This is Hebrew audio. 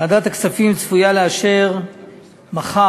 ועדת הכספים צפויה לאשר מחר